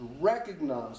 Recognize